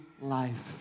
life